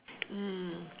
mm